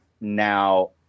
now